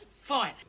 Fine